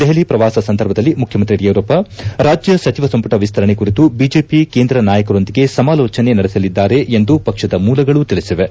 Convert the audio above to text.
ದೆಹಲಿ ಪ್ರವಾಸ ಸಂದರ್ಭದಲ್ಲಿ ಮುಖ್ಯಮಂತ್ರಿ ಯಡಿಯೂರಪ್ಪ ರಾಜ್ಯ ಸಚಿವ ಸಂಪುಟ ವಿಸ್ತರಣೆ ಕುರಿತು ಬಿಜೆಪಿ ಕೇಂದ್ರ ನಾಯಕರೊಂದಿಗೆ ಸಮಾಲೋಚನೆ ನಡೆಸಲಿದ್ದಾರೆ ಎಂದು ಪಕ್ಷದ ಮೂಲಗಳು ತಿಳಿಸಿವೆ